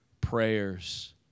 prayers